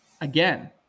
again